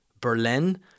Berlin